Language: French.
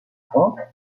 pompe